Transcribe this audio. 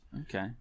Okay